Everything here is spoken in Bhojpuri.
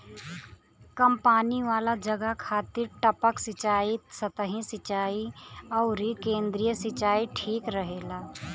कम पानी वाला जगह खातिर टपक सिंचाई, सतही सिंचाई अउरी केंद्रीय सिंचाई ठीक रहेला